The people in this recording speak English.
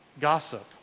gossip